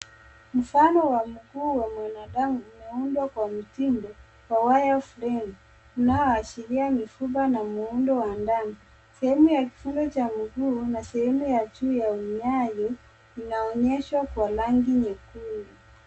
Mfano wa miguu wa mwanadamu umeundwa kwa mtindo wa waya ya umeme unaoshiria mifupa na muundo wa ndani. Sehemu ya kiungo cha mguu na sehemu ya juu ya nyayo inaonyeshwa kwa rangi nyekundu.